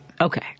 Okay